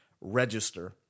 register